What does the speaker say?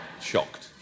Shocked